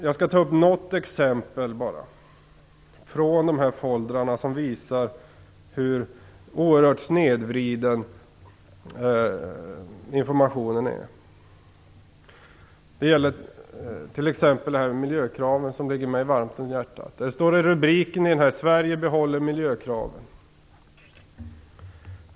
Jag skall ta upp några exempel från dessa foldrar som visar hur oerhört snedvriden informationen är. Det gäller t.ex. miljökraven som ligger mig varmt om hjärtat. I rubriken står det: Sverige behåller miljökraven.